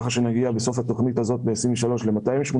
כך שבסוף התכנית הזאת נגיע הזאת ב-2023 ל-280